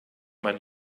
mein